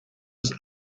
his